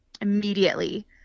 immediately